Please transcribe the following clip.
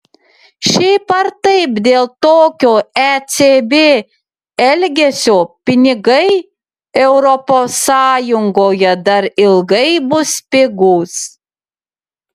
šiaip ar taip dėl tokio ecb elgesio pinigai europos sąjungoje dar ilgai bus pigūs